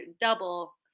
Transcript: double